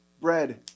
bread